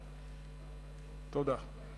תודה.